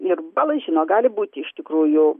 ir balai žino gali būti iš tikrųjų